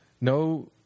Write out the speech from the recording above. no